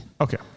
Okay